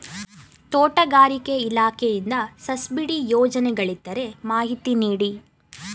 ತೋಟಗಾರಿಕೆ ಇಲಾಖೆಯಿಂದ ಸಬ್ಸಿಡಿ ಯೋಜನೆಗಳಿದ್ದರೆ ಮಾಹಿತಿ ನೀಡಿ?